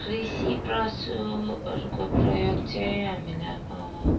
कृषि पशुहरूको प्रयोग चाहिँ हामीलाई अब